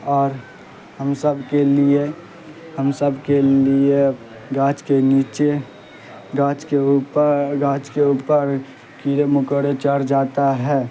اور ہم سب کے لیے ہم سب کے لیے گاچھ کے نیچے گاچھ کے اوپر گاچھ کے اوپر کیڑے مکوڑے چڑھ جاتا ہے